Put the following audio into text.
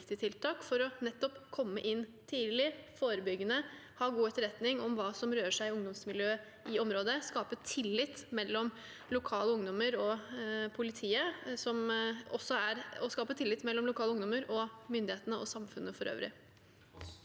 for nettopp å komme inn tidlig, forebyggende, ha god etterretning om hva som rører seg i ungdomsmiljøet i området, skape tillit mellom lokale ungdommer og politiet og skape tillit